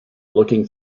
looking